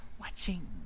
Watching